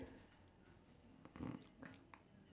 the bird rest on top of the stone lah